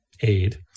aid